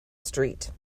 street